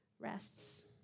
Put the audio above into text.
rests